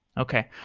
okay.